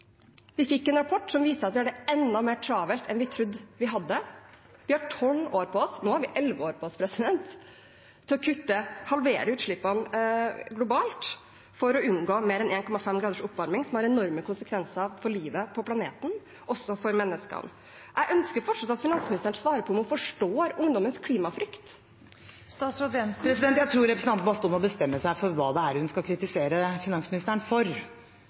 Vi fikk en rapport som viste at vi har det enda mer travelt enn vi trodde vi hadde. Vi hadde 12 år på oss, nå har vi 11 år på oss, til å halvere utslippene globalt for å unngå mer enn 1,5 grader oppvarming, som har enorme konsekvenser for livet på planeten, også for menneskene. Jeg ønsker fortsatt at finansministeren svarer på om hun forstår ungdommens klimafrykt. Jeg tror representanten Bastholm må bestemme seg for hva det er hun skal kritisere finansministeren for.